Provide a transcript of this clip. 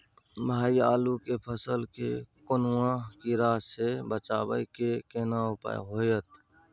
भाई आलू के फसल के कौनुआ कीरा से बचाबै के केना उपाय हैयत?